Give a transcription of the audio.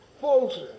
folks